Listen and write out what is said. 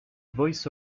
voice